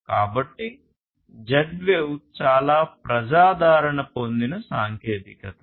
కాబట్టి Z wave చాలా ప్రజాదరణ పొందిన సాంకేతికత